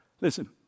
listen